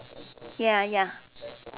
ya ya